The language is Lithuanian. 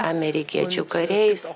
amerikiečių kariais